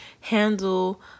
handle